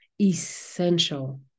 essential